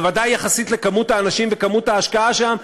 בוודאי יחסית לכמות האנשים וכמות ההשקעה שם,